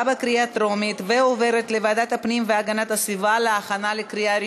לוועדת הפנים והגנת הסביבה נתקבלה.